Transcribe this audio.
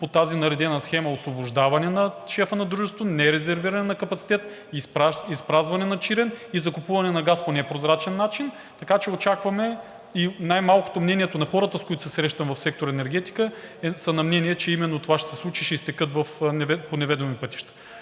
по тази наредена схема – освобождаване на шефа на дружеството, нерезервиране на капацитета, изпразване на Чирен и закупуване на газ по непрозрачен начин. Така че очакваме мнението на хората, с които се срещам в сектор „Енергетика“, и те са на мнение, че именно това ще се случи – ще изтекат по неведоми пътища.